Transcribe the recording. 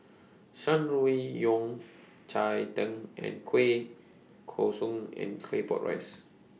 Shan Rui Yao Cai Tang and Kueh Kosui and Claypot Rice